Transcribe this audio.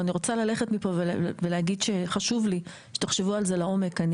אני רוצה ללכת מפה ולהגיד שתחשבו על זה לעומק.